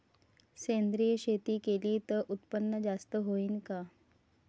सेंद्रिय शेती केली त उत्पन्न जास्त होईन का?